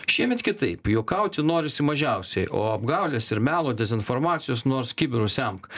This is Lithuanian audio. šiemet kitaip juokauti norisi mažiausiai o apgaulės ir melo dezinformacijos nors kibiru semk